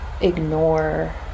ignore